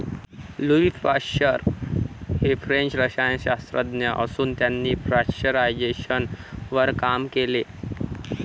Louis Pasteur हे French रसायनशास्त्रज्ञ असून त्यांनी पाश्चरायझेशनवर काम केले